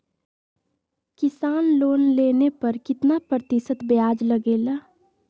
किसान लोन लेने पर कितना प्रतिशत ब्याज लगेगा?